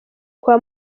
kwa